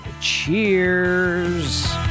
Cheers